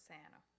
Santa